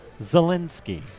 Zelensky